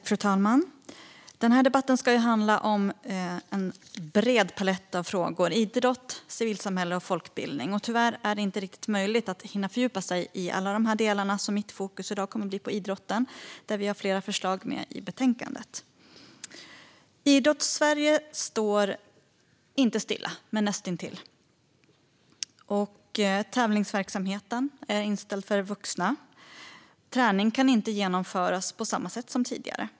Fru talman! Den här debatten ska handla om en bred palett av frågor inom idrott, civilsamhälle och folkbildning. Tyvärr är det inte riktigt möjligt att hinna fördjupa sig i alla de delarna. Mitt fokus i dag kommer att bli idrotten, där vi har flera förslag med i betänkandet. Idrottssverige står inte stilla men näst intill. Tävlingsverksamheten är inställd för vuxna, och träning kan inte genomföras på samma sätt som tidigare.